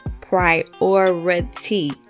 priority